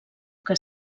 que